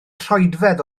troedfedd